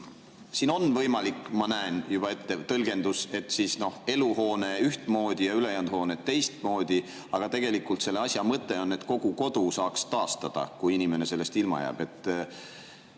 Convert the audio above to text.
siis on võimalik – ma näen seda juba ette – tõlgendus, et eluhoonega on ühtmoodi ja ülejäänud hoonetega teistmoodi. Aga tegelikult selle asja mõte on, et kogu kodu saaks taastada, kui inimene sellest ilma on